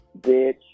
bitch